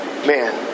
Man